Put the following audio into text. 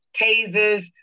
tasers